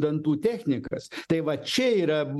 dantų technikas tai va čia yra